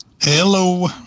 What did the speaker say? Hello